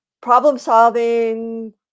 problem-solving